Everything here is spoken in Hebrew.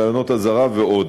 ראיונות אזהרה ועוד.